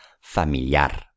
Familiar